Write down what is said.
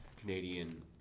Canadian